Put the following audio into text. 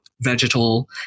vegetal